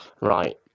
right